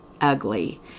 ugly